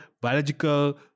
biological